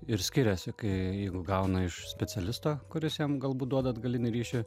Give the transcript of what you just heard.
ir skiriasi kai jeigu gauna iš specialisto kuris jam galbūt duoda atgalinį ryšį